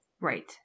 Right